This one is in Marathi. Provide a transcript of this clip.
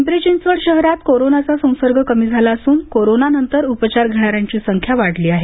पिंपरी चिंचवड शहरात कोरोनाचा संसर्ग कमी झाला असून कोरोनानंतर उपचार घेणाऱ्यांची संख्या वाढली आहे